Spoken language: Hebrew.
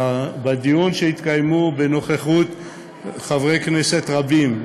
בדיון שהתקיים בנוכחות חברי כנסת רבים,